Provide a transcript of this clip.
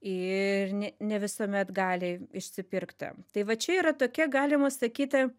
ir ne ne visuomet gali išsipirkt ten tai va čia yra tokia galima sakyti